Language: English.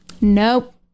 Nope